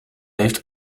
heeft